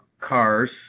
cars